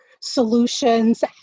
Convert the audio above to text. solutions